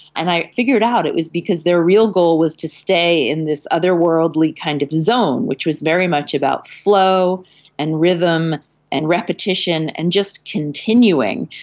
and i figured out it was because their real goal was to stay in this otherworldly kind of zone, which was very much about flow and rhythm and repetition and just continuing.